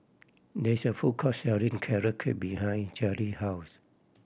there is a food court selling Carrot Cake behind Jaylee house